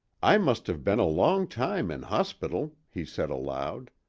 i must have been a long time in hospital, he said aloud.